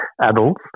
adults